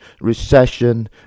recession